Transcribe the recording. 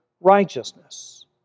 righteousness